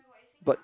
but